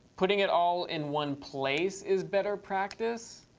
putting it all in one place is better practice,